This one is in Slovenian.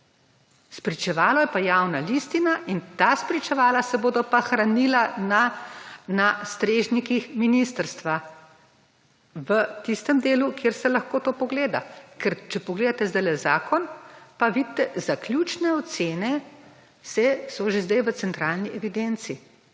Spričevalo je pa javna listina in ta spričevala se bodo pa hranila strežnikih ministrstva, v tistem delu, kjer se lahko to pogleda. Ker če pogledate zdajle zakon, pa vidite, da so zaključne že zdaj v centralni evidenci.